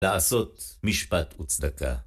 לעשות משפט וצדקה.